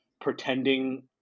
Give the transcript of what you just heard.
pretending